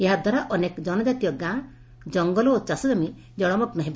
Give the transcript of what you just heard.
ଏହା ଦ୍ୱାରା ଅନେକ ଜନଜାତୀୟ ଗାଁ ଜଂଗଲ ଓ ଚାଷ ଜମି ଜଳ ମଗୁ ହେବ